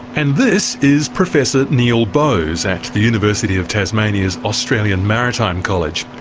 and this is professor neil bose at the university of tasmania's australian maritime college.